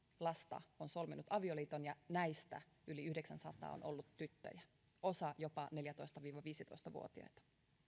lasta on solminut avioliiton ja näistä yli yhdeksänsataa on ollut tyttöjä osa jopa neljätoista viiva viisitoista vuotiaita